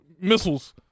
missiles